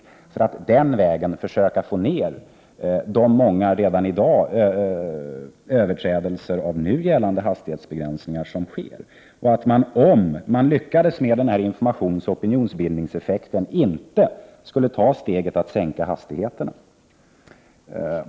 Den vägen skulle man försöka få ned de redan i dag många överträdelserna av nu gällande hastighetsbegränsningar. Om man lyckades med denna informationsoch opinionsbildning skulle man inte ta steget att sänka hastigheterna.